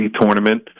tournament